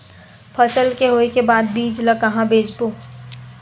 फसल के होय के बाद बीज ला कहां बेचबो?